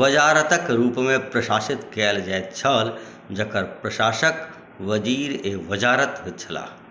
वज़ारतक रूपमे प्रशासित कएल जाइत छल जकर प्रशासक वज़ीर ए वज़ारत होइत छलाह